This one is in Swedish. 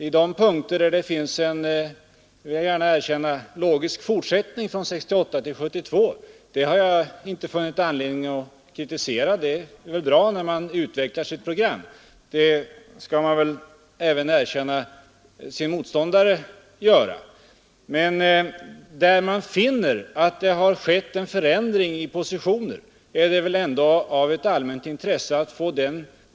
I de punkter där det finns en logisk fortsättning från 1968 till 1972 har jag inte kommenterat dem.